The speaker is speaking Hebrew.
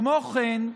כמו כן,